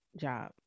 job